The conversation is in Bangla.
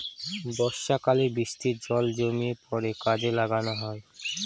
বর্ষাকালে বৃষ্টির জল জমিয়ে পরে কাজে লাগানো হয়